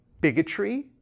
bigotry